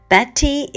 Betty